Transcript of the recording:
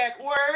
word